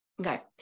okay